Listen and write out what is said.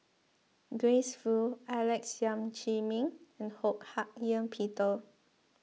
Grace Fu Alex Yam Ziming and Ho Hak Ean Peter